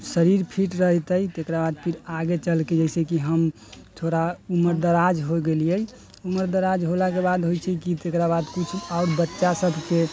जब शरीर फिट रहतै तेकरा बाद फिर आगे चलके जैसेकि हम थोड़ा उम्रदराज हो गेलियै उम्रदराज होलाके बाद होइ छै की तकरा बाद कुछ आओर बच्चा सबके